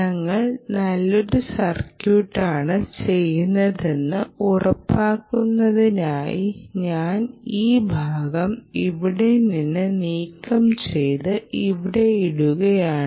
ഞങ്ങൾ നല്ലൊരു സർക്യൂട്ടാണ് ചെയ്യുന്നതെന്ന് ഉറപ്പാക്കുന്നതിനായി ഞാൻ ഈ ഭാഗം ഇവിടെ നിന്ന് നീക്കംചെയ്ത് ഇവിടെ ഇടുകയാണ്